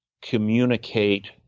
communicate